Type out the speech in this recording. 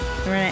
Right